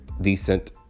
decent